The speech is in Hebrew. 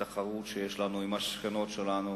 בתחרות שיש לנו עם השכנות שלנו,